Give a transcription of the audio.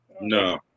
No